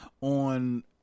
on